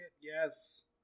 yes